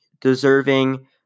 deserving